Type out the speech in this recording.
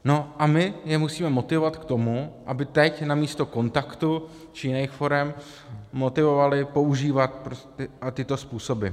No a my je musíme motivovat k tomu, aby teď namísto kontaktu či jiných forem... motivovali používat tyto způsoby.